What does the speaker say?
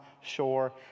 shore